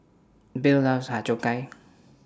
Bill loves Har Cheong Gai